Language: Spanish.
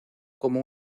como